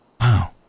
Wow